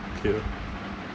okay lah